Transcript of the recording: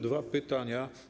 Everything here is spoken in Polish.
Dwa pytania.